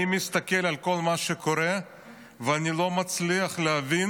אני מסתכל על כל מה שקורה ואני לא מצליח להבין